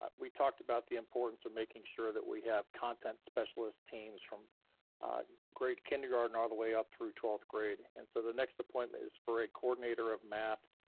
but we talked about the importance of making sure that we have content specialist teams from grade kindergarten all the way up through twelfth grade, and so the next appointment is for a coordinator of math.